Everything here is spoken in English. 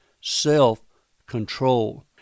self-control